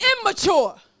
immature